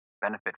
benefit